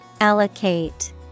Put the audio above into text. Allocate